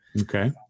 Okay